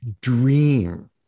dream